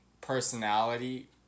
personality